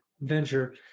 venture